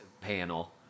panel